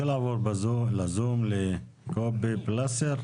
אני רוצה לעבור בזום לקובי פלקסר.